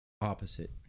opposite